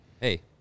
Hey